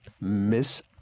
Miss